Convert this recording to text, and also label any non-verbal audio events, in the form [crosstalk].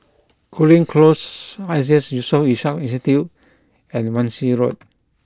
Cooling Close Iseas Yusof Ishak Institute and Wan Shih Road [noise]